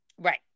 Right